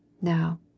now